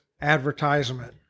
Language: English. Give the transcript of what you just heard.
advertisement